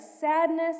sadness